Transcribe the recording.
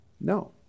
No